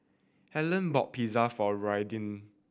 Hellen bought Pizza for Raiden